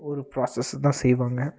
ஒரு ப்ரோசஸ்ஸு தான் செய்வாங்க